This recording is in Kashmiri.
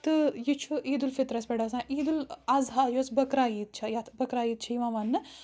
تہٕ یہِ چھُ عیٖد الفِطرَس پٮ۪ٹھ آسان عیٖدالاَضحیٰ یُس بَکرا عیٖد چھےٚ یَتھ بکرا عیٖد چھِ یِوان وَننہِ